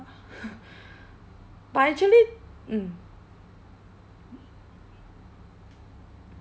but actually mm